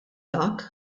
dak